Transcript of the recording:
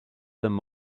them